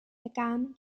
began